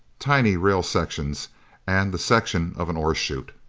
tiny rail sections and the section of an ore chute.